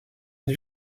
une